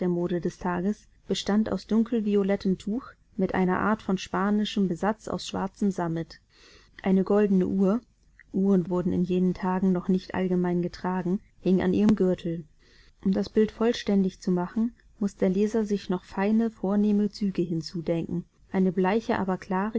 des tages bestand aus dunkel violettem tuch mit einer art von spanischem besatz aus schwarzem sammet eine goldene uhr uhren wurden in jenen tagen noch nicht allgemein getragen hing an ihrem gürtel um das bild vollständig zu machen muß der leser sich noch feine vornehme züge hinzudenken eine bleiche aber klare